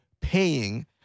paying